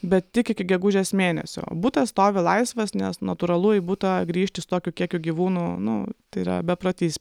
bet tik iki gegužės mėnesio butas stovi laisvas nes natūralu į būtą grįžti su tokiu kiekiu gyvūnų nu tai yra beprotystė